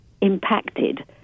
impacted